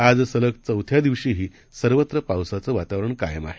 आजसलगचौथ्यादिवशीहीसर्वत्रपावसाचंवातावरणकायमआहे